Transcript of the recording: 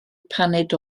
paned